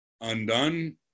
undone